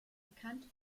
bekannte